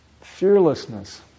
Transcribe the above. fearlessness